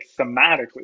thematically